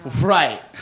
Right